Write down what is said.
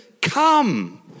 come